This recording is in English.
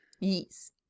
Yes